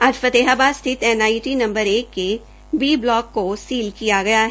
आ फतेहाबाद स्थित NIT number एक के बी ब्लॉक को सील किया गया है